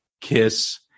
kiss